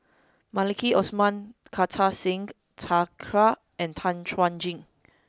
Maliki Osman Kartar Singh Thakral and Tan Chuan Jin